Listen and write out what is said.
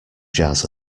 jazz